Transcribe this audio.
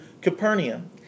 Capernaum